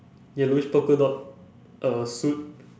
yellowish polka dot uh suit